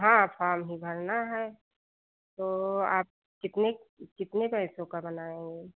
हाँ फार्म ही भरना है तो आप कितने कितने का एक गो का बनाएंगे